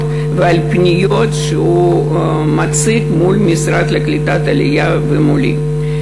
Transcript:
ועל פניות שהוא מציג מול המשרד לקליטת העלייה ומולי.